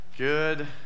Good